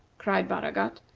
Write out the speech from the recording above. cried baragat.